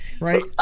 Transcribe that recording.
Right